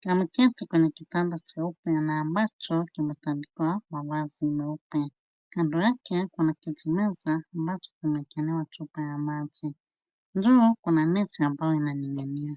Chumba hiki kina kitanda jeupe ambacho imetandikwa malazi meupe. Kando yake kuna kijimeza ambacho kimeekwa chupa cha maji. Juu yake kuna neti ambayo inaninginia.